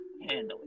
handling